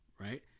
right